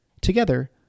Together